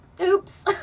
oops